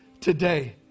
today